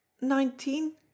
Nineteen